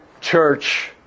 Church